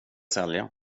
sälja